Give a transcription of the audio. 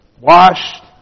washed